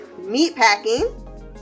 Meatpacking